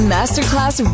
Masterclass